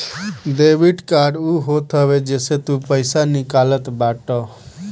debit card उ होत हवे जेसे तू पईसा निकालत बाटअ